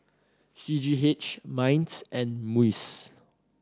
C G H MINDS and MUIS